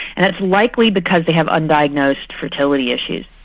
and it's likely because they had undiagnosed fertility issues.